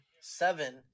seven